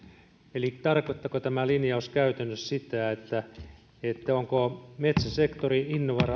eli tarkoittaako tämä linjaus käytännössä sitä että metsäsektorin